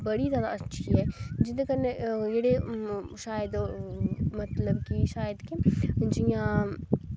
बड़ी ज्यादा अच्छी ऐ जेह्दे कन्नै जेह्ड़े शायद मतलब कि शायद जियां